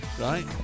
right